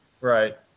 Right